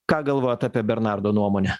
ką galvojat apie bernardo nuomonę